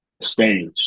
stage